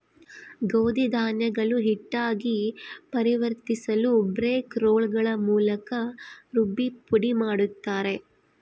ಗೋಧಿ ಧಾನ್ಯಗಳು ಹಿಟ್ಟಾಗಿ ಪರಿವರ್ತಿಸಲುಬ್ರೇಕ್ ರೋಲ್ಗಳ ಮೂಲಕ ರುಬ್ಬಿ ಪುಡಿಮಾಡುತ್ತಾರೆ